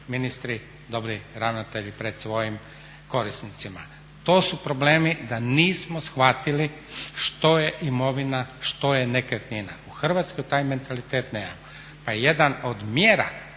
ministri, dobri ravnatelji pred svojim korisnicima. To su problemi da nismo shvatili što je imovina, što je nekretnina. U Hrvatskoj taj mentalitet nemamo pa jedna od mjera